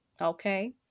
Okay